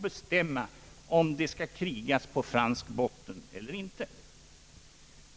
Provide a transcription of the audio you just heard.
bestämma, om det skall krigas på fransk botten eller inte.